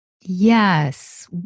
Yes